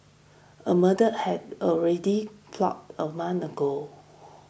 a murder had already plotted a month ago